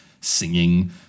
singing